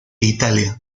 italia